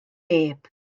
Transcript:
neb